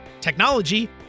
technology